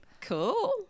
Cool